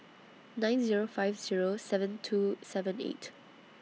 nine Zero five Zero seven two seven eight